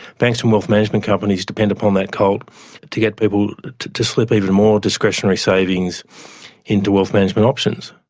banks and wealth management companies depend upon that cult to get people to to slip even more discretionary savings into wealth management options.